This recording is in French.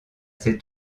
ses